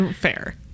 Fair